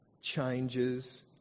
changes